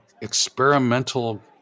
experimental